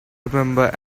remember